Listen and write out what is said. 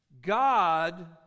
God